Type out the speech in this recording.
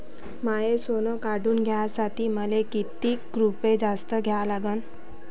माय सोनं काढून घ्यासाठी मले कितीक रुपये जास्त द्या लागन?